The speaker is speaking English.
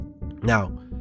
Now